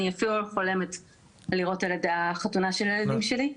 אני אפילו לא חולמת על לראות את החתונה של הילדים שלי.